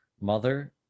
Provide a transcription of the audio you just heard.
mother